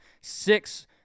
six